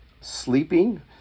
sleeping